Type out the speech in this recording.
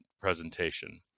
presentation